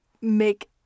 make